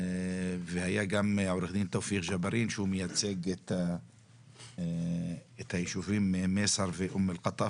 וגם עורך דין תאופיק ג'בארין שמייצג את היישובים מייסר ואום אל קטאף.